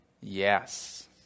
Yes